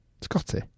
Scotty